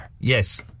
Yes